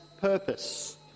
purpose